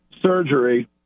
surgery